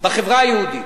בחברה היהודית.